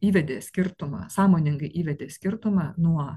įvedė skirtumą sąmoningai įvedė skirtumą nuo